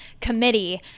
Committee